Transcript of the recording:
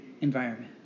environment